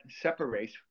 separates